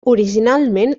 originalment